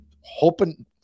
hoping –